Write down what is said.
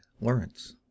Lawrence